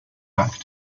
back